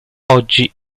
oggi